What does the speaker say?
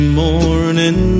morning